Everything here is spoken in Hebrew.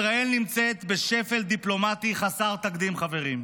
ישראל נמצאת בשפל דיפלומטי חסר תקדים, חברים.